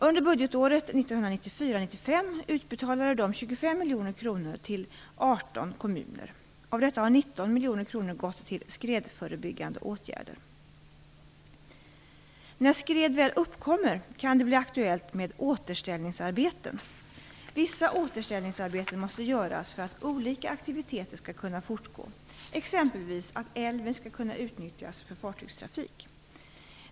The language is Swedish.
Under budgetåret 1994/95 utbetalade det 25 miljoner kronor till 18 kommuner. Av detta har 19 miljoner kronor gått till skredförebyggande åtgärder. När skred väl uppkommer kan det bli aktuellt med återställningsarbeten. Vissa återställningsarbeten måste göras för att olika aktiviteter skall kunna fortgå, exempelvis att älven skall kunna utnyttjas för fartygstrafik.